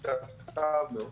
התעכבנו.